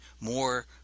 more